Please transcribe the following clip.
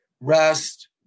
Rest